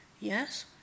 Yes